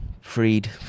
Freed